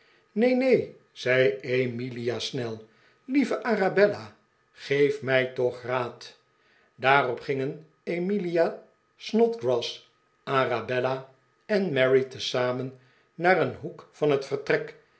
neen neen zei emilia snel lieve arabella geef mij toch raad daarop gingen emilia snodgrass arabella en mary tezamen naar een hoek van het vertrek